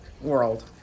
world